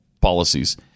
policies